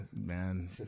Man